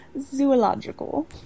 Zoological